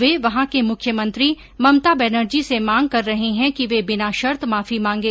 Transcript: वे वहां के मुख्यमंत्री ममता बेनर्जी से मांग कर रहे है कि वे बिना शर्त माफी मांगे